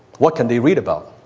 what can they read about?